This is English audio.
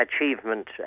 achievement